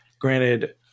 granted